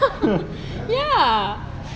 ya